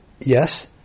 Yes